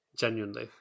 Genuinely